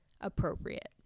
appropriate